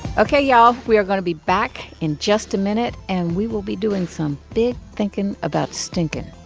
ok, y'all. we are going to be back in just a minute. and we will be doing some big thinking about stinking,